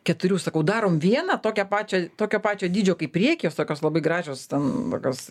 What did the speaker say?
keturių sakau darom vieną tokią pačią tokio pačio dydžio kaip prieky jos tokios labai gražios ten tokios